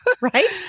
right